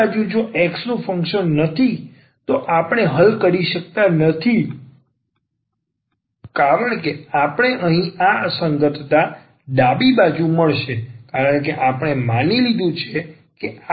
જમણી બાજુ જો આ x નું ફંકશન નથી તો આપણે હલ કરી શકતા નથી કારણ કે આપણને અહીં આ અસંગતતા ડાબી બાજુ મળશે કારણ કે આપણે માની લીધું છે કે I એકલા x નું ફંક્શન છું